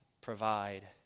provide